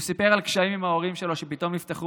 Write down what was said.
הוא סיפר על קשיים עם ההורים שלו שפתאום נפתחו